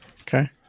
Okay